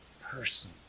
person